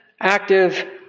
active